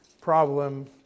problem